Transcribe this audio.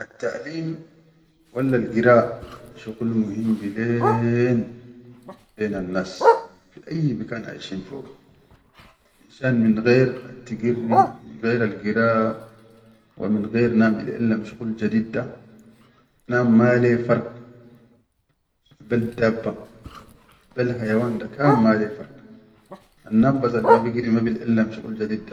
Attaʼaleem wallal gira shuqul muhim bilhen lennas fi ayyi bikan aishin foga. Finshan min qair attigirri min qair al gira, wa min qair nadum ilʼallam shuqul jadeed da nadum male farq beddabban, bel hayawan ila kan male farq, annadum bas alma- bigiri ma bil allem shuqul jadeed da.